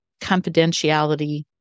confidentiality